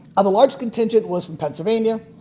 ah the largest contingent was from pennsylvania,